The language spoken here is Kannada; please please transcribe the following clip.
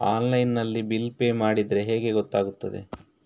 ಆನ್ಲೈನ್ ನಲ್ಲಿ ಬಿಲ್ ಪೇ ಮಾಡಿದ್ರೆ ಹೇಗೆ ಗೊತ್ತಾಗುತ್ತದೆ?